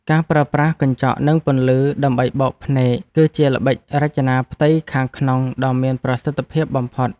ការប្រើប្រាស់កញ្ចក់និងពន្លឺដើម្បីបោកភ្នែកគឺជាល្បិចរចនាផ្ទៃខាងក្នុងដ៏មានប្រសិទ្ធភាពខ្ពស់បំផុត។